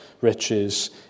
riches